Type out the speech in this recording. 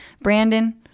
Brandon